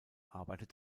arbeitet